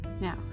Now